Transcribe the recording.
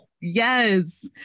Yes